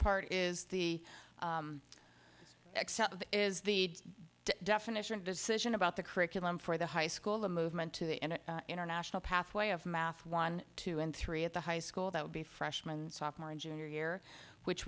part is the is the definition decision about the curriculum for the high school the movement to end an international pathway of math one two and three at the high school that would be freshman sophomore and junior year which